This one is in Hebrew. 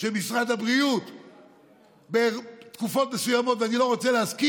של משרד הבריאות בתקופות מסוימות,